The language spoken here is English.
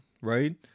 right